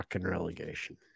relegation